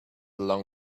along